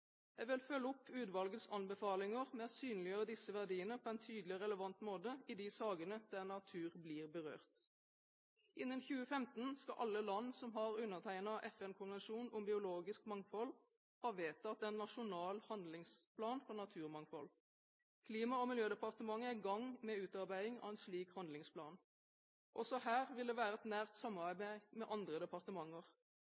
Jeg vil følge opp utvalgets anbefalinger ved å synliggjøre disse verdiene på en tydelig og relevant måte i de sakene der natur blir berørt. Innen 2015 skal alle land som har undertegnet FN-konvensjonen om biologisk mangfold, ha vedtatt en nasjonal handlingsplan for naturmangfold. Klima- og miljødepartementet er i gang med utarbeiding av en slik handlingsplan. Også her vil det være et nært samarbeid